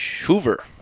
Hoover